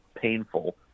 painful